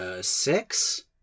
six